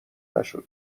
نشده